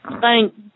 Thank